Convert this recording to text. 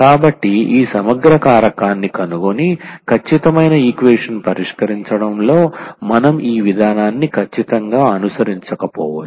కాబట్టి ఈ సమగ్ర కారకాన్ని కనుగొని ఖచ్చితమైన ఈక్వేషన్ పరిష్కరించడంలో మనం ఈ విధానాన్ని ఖచ్చితంగా అనుసరించకపోవచ్చు